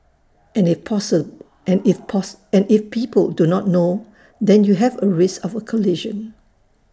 and if people do not know then you have A risk of A collision